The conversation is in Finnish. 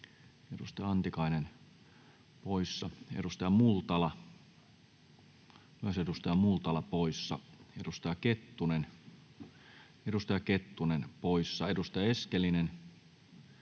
edustaja Antikainen poissa. Edustaja Multala, myös edustaja Multala poissa. Edustaja Kettunen,